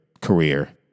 career